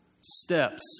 steps